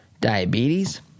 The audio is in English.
diabetes